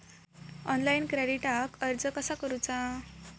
Online क्रेडिटाक अर्ज कसा करुचा?